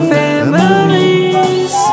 families